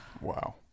Wow